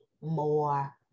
more